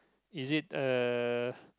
is it uh